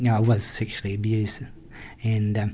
yeah i was sexually abused and